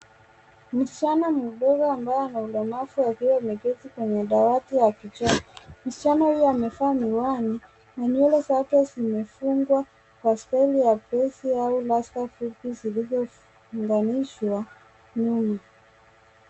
Msichana mdogo ambaye ana ulemavu akiwa ameketi kwenye dawati akichora . Msichana huyo amevaa miwani na nywele zake zimefungwa kwa staili ya braids au rasta fupi zilizofunganishwa nyuma.